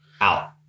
out